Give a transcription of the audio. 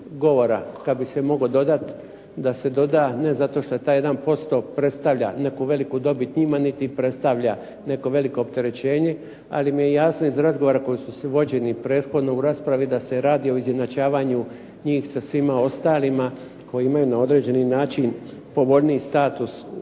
govora, kad bi se mogao dodat da se doda, ne zato što taj 1% predstavlja neku veliku dobit njima niti predstavlja neko veliko opterećenje, ali mi je jasno iz razgovora koji su vođeni prethodno u raspravi da se radi o izjednačavanju njih sa svima ostalima koji imaju na određeni način povoljniji status odlaska,